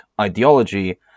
ideology